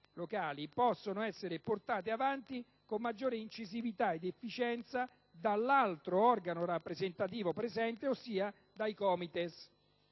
possono essere portate avanti con maggiore incisività ed efficienza dall'altro organo rappresentativo presente, ossia i Comitati